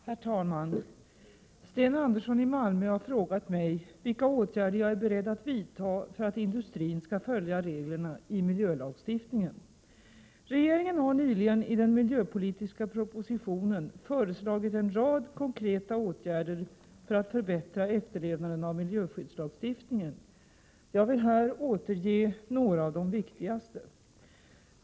Herr talman! Sten Andersson i Malmö har frågat mig vilka åtgärder jag är beredd att vidta för att industrin skall följa reglerna i miljölagstiftningen. Regeringen har nyligen i den miljöpolitiska propositionen föreslagit en rad konkreta åtgärder för att förbättra efterlevnaden av miljöskyddslagstiftningen. Jag vill återge några av de viktigaste.